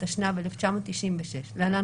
התשנ"ו-1996 (להלן,